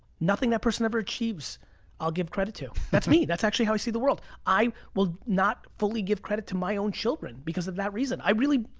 nothing that person ever achieves i'll give credit to. that's me, that's actually how i see the world. i will not fully give credit to my own children because of that reason. i really,